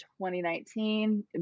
2019